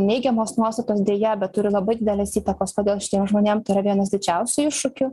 neigiamos nuostatos deja bet turi labai didelės įtakos todėl šitiem žmonėm tai yra vienas didžiausių iššūkių